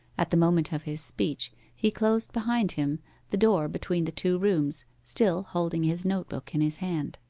at the moment of his speech, he closed behind him the door between the two rooms, still holding his note-book in his hand.